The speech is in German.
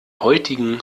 heutigen